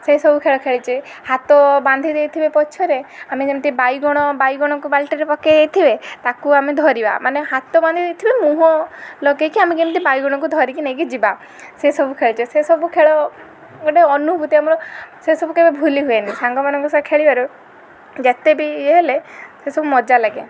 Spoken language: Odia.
ସେସବୁ ଖେଳ ଖେଳିଛେ ହାତ ବାନ୍ଧି ଦେଇଥିବେ ପଛରେ ଆମେ ଯେମିତି ବାଇଗଣ ବାଇଗଣକୁ ବାଲ୍ଟିରେ ପକାଇ ଦେଇଥିବେ ତାକୁ ଆମେ ଧରିବା ମାନେ ହାତ ବାନ୍ଧି ଦେଇଥିବେ ମୁହଁ ଲଗାଇକି ଆମେ କେମିତି ବାଇଗଣକୁ ଧରିକି ନେଇକି ଯିବା ସେସବୁ ଖେଳିଛେ ସେ ସବୁ ଖେଳ ଗୋଟେ ଅନୁଭୂତି ଆମର ସେସବୁ କେବେ ଭୁଲି ହୁଏନି ସାଙ୍ଗମାନଙ୍କ ସହ ଖେଳିବାର ଯେତେ ବି ୟେ ହେଲେ ସେସବୁ ମଜା ଲାଗେ